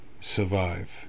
survive